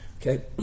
Okay